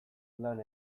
lan